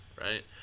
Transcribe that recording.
right